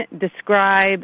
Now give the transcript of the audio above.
describe